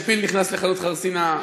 כשפיל נכנס לחנות חרסינה,